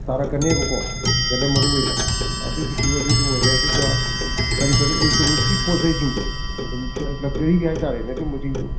ꯇꯥꯔꯛꯀꯅꯦꯕꯀꯣ ꯑꯁꯤꯗꯅ ꯃꯔꯨ ꯑꯣꯏꯅ ꯑꯗꯨꯒꯤꯁꯨ ꯑꯗꯨ ꯑꯣꯏꯔꯦ ꯑꯗꯨꯒ ꯀꯔꯤ ꯀꯔꯤ ꯏꯂꯦꯛꯇ꯭ꯔꯣꯅꯤꯛꯁꯀꯤ ꯄꯣꯠꯆꯩꯁꯤꯡꯗꯣ ꯑꯗꯨꯝ ꯂꯛꯖꯔꯤꯒꯤ ꯍꯥꯏꯇꯥꯔꯦꯅꯦ ꯑꯗꯨꯝꯕꯁꯤꯡꯗꯨ